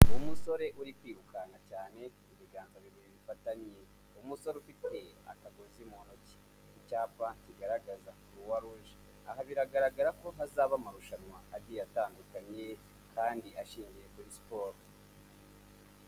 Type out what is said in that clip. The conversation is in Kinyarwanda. Umusore uri kwirukanka cyane, biganza bibiri bifatanye, umusore ufite akagozi mu ntoki, icyapa bigaragaza Crouix Rouge, aha biragaragara ko hazaba amarushanwa agiye atandukanye kandi ashingiye kuri siporo.